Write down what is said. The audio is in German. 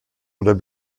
oder